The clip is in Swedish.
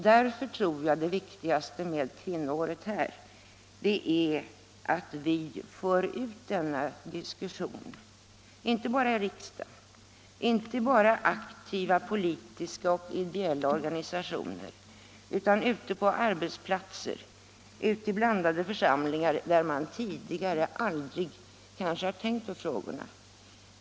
Därför tror jag att det viktiga med kvinnoåret är att vi för ut denna diskussion inte bara i riksdagen, inte bara i aktiva politiska och ideella organisationer utan ut på arbetsplatser, ut i blandade församlingar, där man tidigare kanske aldrig tänkt på frågorna.